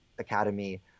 Academy